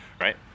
Right